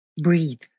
breathe